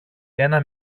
ένα